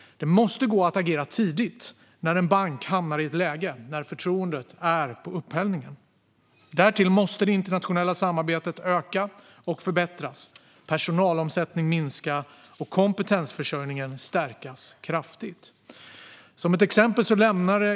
Det måste gå att agera tidigt när en bank hamnar i ett läge där förtroendet är på upphällningen. Därtill måste det internationella samarbetet öka och förbättras, personalomsättningen minska och kompetensförsörjningen stärkas kraftigt.